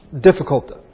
difficult